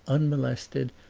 unmolested,